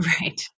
right